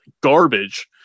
garbage